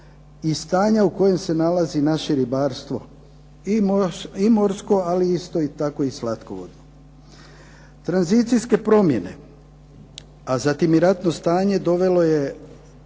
i stanja u kojem se nalazi naše ribarstvo i morsko ali isto tako i slatkovodno. Tranzicijske promjene, a zatim i ratno stanje dovelo je